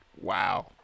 Wow